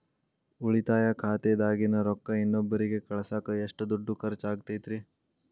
ಉಳಿತಾಯ ಖಾತೆದಾಗಿನ ರೊಕ್ಕ ಇನ್ನೊಬ್ಬರಿಗ ಕಳಸಾಕ್ ಎಷ್ಟ ದುಡ್ಡು ಖರ್ಚ ಆಗ್ತೈತ್ರಿ?